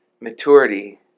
maturity